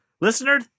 Listener